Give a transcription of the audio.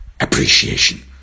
appreciation